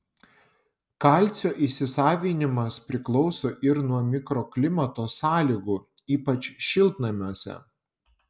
kalcio įsisavinimas priklauso ir nuo mikroklimato sąlygų ypač šiltnamiuose